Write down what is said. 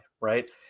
right